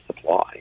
supply